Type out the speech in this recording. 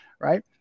right